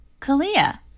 Kalia